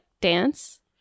dance